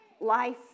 life